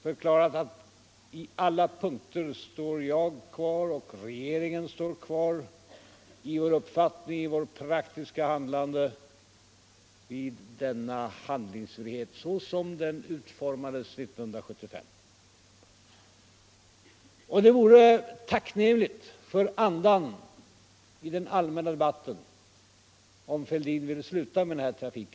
Jag har deklarerat att jag och regeringen på alla punkter både i vår uppfattning och i vårt praktiska handlande håller fast vid handlingsfriheten såsom den utformades 1975. Det vore tacknämligt och bra för andan i den allmänna debatten om herr Fälldin ville sluta med denna trafik.